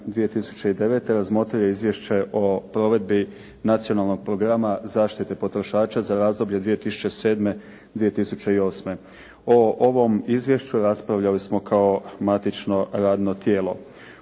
razmotrio je izvješće o provedbi Nacionalnog programa zaštite potrošača za razdoblje 2007., 2008. O ovom izvješću raspravljali smo kao matično radno tijelo.